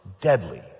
deadly